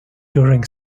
during